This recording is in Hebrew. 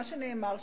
מה שנאמר,